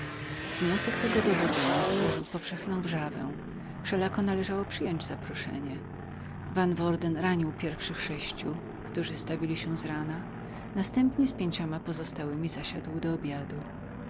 wniosek tego dowodzenia sprawił powszechną wrzawę wszelako należało przyjąć zaproszenie pan van worden ranił pierwszych sześciu którzy stawili się z rana następnie z pięcioma pozostałymi zasiadł do obiadu